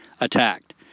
attacked